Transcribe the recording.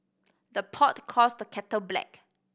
the pot calls the kettle black